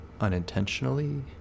unintentionally